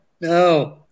no